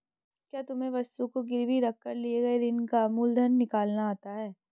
क्या तुम्हें वस्तु को गिरवी रख कर लिए गए ऋण का मूलधन निकालना आता है?